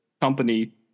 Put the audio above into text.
company